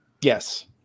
yes